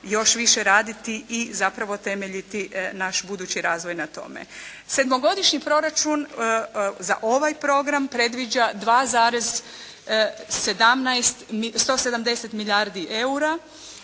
još više raditi i zapravo temeljiti naš budući razvoj na tome. Sedmogodišnji proračun za ovaj program predviđa 2,17, 170 milijardi EUR-a